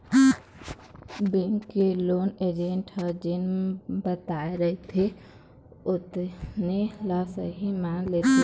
bank के loan agent ह जेन बताए रहिथे ओतने ल सहीं मान लेथे